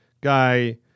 guy